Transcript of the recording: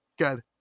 good